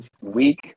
week